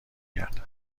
گردد